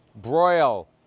broil,